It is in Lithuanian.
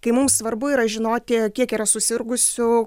kai mums svarbu yra žinoti kiek yra susirgusių